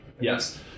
yes